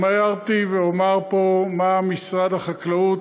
אמרתי ואומַר פה מה משרד החקלאות,